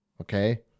Okay